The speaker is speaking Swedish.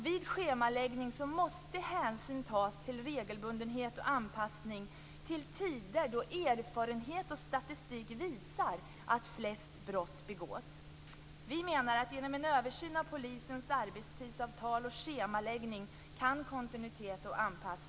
Vid schemaläggning måste hänsyn tas till regelbundenhet och anpassning göras till tider då enligt erfarenhet och statistik flest brott begås. Vi menar att kontinuitet och anpassning kan skapas genom en översyn av polisens arbetstidsavtal och schemaläggning.